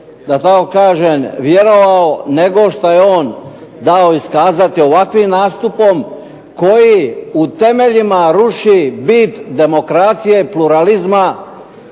da tako kažem vjerovao, nego šta je on dao iskazati ovakvim nastupom, koji u temeljima ruši bit demokracije, pluralizma